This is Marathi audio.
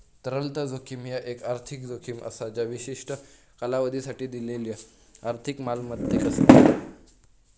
तरलता जोखीम ह्या एक आर्थिक जोखीम असा ज्या विशिष्ट कालावधीसाठी दिलेल्यो आर्थिक मालमत्तेक असता